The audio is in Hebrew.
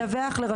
למה?